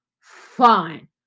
Fine